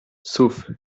sauf